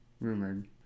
rumored